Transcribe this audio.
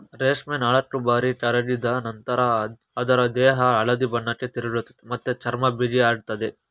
ರೇಷ್ಮೆ ನಾಲ್ಕುಬಾರಿ ಕರಗಿದ ನಂತ್ರ ಅದ್ರ ದೇಹ ಹಳದಿ ಬಣ್ಣಕ್ಕೆ ತಿರುಗ್ತದೆ ಮತ್ತೆ ಚರ್ಮ ಬಿಗಿಯಾಗ್ತದೆ